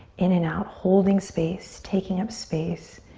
in and out, holding space, taking up space,